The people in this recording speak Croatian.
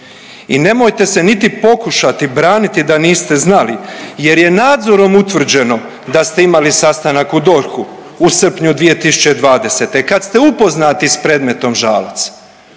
i nemojte se niti pokušati braniti da niste znali jer je nadzorom utvrđeno da ste imali sastanak u DORH-u u srpnju 2020. kad ste upoznati s predmetom Žalac.